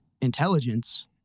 intelligence